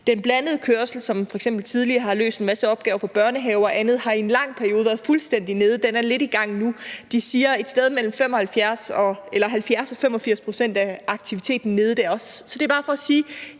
den blandede kørsel, som f.eks. tidligere har løst en masse opgaver for børnehaver og andet, har i en lang periode været fuldstændig nede, men den er lidt i gang nu. De siger, at et sted mellem 70 og 85 pct. af aktiviteten er nede der også. Det er bare for at sige,